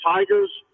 Tigers